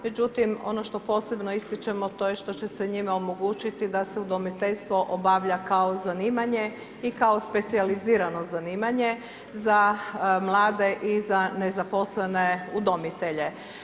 Međutim, ono što posebno ističimo, to je što će se njime omogućiti da se udomiteljstvo obavlja kao zanimanje i kao specijalizirano zanimanje za mlade i za nezaposlene udomitelje.